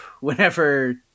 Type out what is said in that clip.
whenever